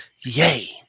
Yay